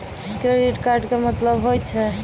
Credit card के मतलब होय छै?